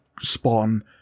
spawn